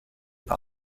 par